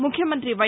ముఖ్యమంత్రి వై